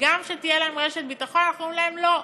וגם שתהיה להם רשת ביטחון, אנחנו אומרים להם: לא.